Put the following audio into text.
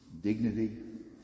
dignity